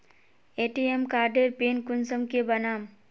ATM कार्डेर pin कुंसम के बनाम?